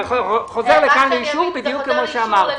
נכון, יחזור לכאן לאישור, בדיוק כפי שאמרתי.